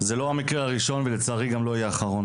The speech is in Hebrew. זה לא המקרה הראשון ולצערי גם לא יהיה האחרון.